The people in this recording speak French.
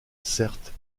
certes